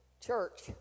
church